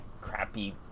crappy